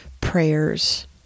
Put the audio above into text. prayers